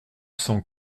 cent